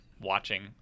watching